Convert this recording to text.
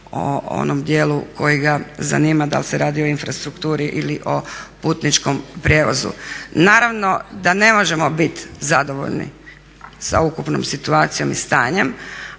o onom dijelu koji ga zanima da li se radi o infrastrukturi ili o putničkom prijevozu. Naravno da ne možemo bit zadovoljni sa ukupnom situacijom i stanjem,